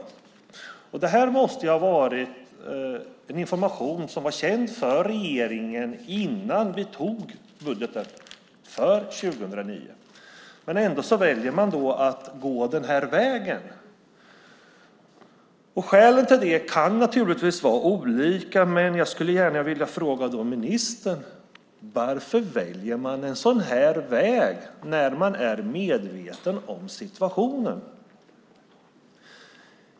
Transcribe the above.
Denna information måste ju ha varit känd för regeringen innan vi antog budgeten för 2009. Ändå väljer man att gå den här vägen. Skälen till detta kan naturligtvis vara olika, men jag skulle gärna vilja fråga ministern: Varför väljer man en sådan här väg när man är medveten om situationen?